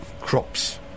crops